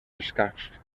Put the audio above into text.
escacs